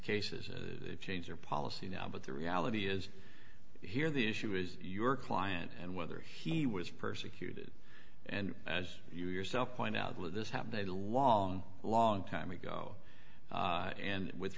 cases change their policy now but the reality is here the issue is your client and whether he was persecuted and as you yourself point out with this happened a long long time ago and with